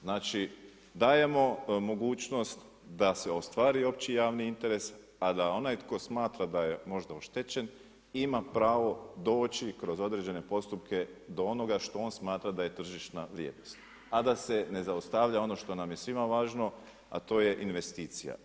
Znači dajemo mogućnost da se ostvari opći javni interes a da onaj tko smatra da je možda oštećen, ima pravo doći kroz određene postupke do onoga što on smatra da je tržišna vrijednost, a da se ne zaustavlja ono što nam je svima važno, a to je investicija.